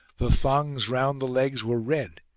the thongs round the legs were red,